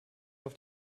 auf